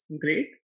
great